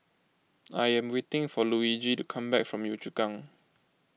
I am waiting for Luigi to come back from Yio Chu Kang